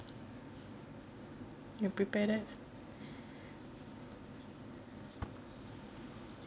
you prepare that